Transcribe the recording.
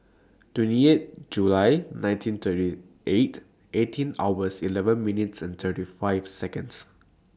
twenty eight July nineteen thirty eight eighteen hours eleven minutes thirty five Seconds